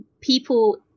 people